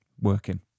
working